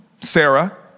Sarah